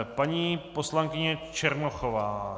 Paní poslankyně Černochová.